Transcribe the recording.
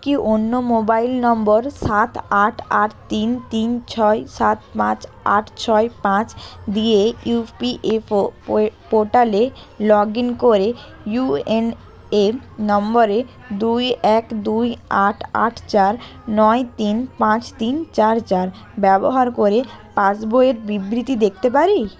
কি অন্য mobile number সাত আট আট তিন তিন ছয় সাত পাঁচ আট ছয় পাঁচ দিয়ে ইউ পি এফ ও পোর্টালে লগ ইন করে ইউ এন এ নম্বরে দুই এক দুই আট আট চার নয় তিন পাঁচ তিন চার চার ব্যবহার করে পাসবইয়ের বিবৃতি দেখতে পারি